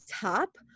top